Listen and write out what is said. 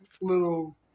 Little